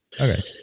Okay